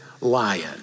lion